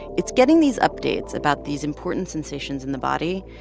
it's getting these updates about these important sensations in the body,